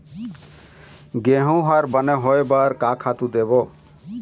गेहूं हर बने होय बर का खातू देबो?